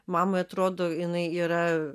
mamai atrodo jinai yra